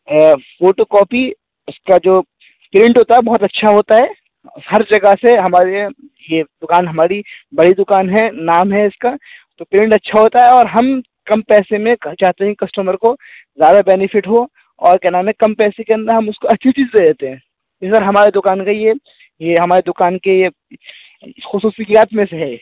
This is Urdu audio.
فوٹو کاپی اس کو جو پرنٹ ہوتا ہے بہت اچھا ہوتا ہے ہر جگہ سے ہمارے یہاں یہ دکان ہماری بڑی دکان ہے نام ہے اس کا تو پرنٹ اچھا ہوتا ہے اور ہم کم پیسے میں چاہتے ہیں کسٹمر کو زیادہ بینیفٹ ہو اور کیا نام ہے کم پیسے کے اندر ہم اس کو اچھی چیز دے دیتے ہیں ہمارے دکان کا ہی ہے یہ ہمارے دکان کے یہ خصوصیات میں سے ہے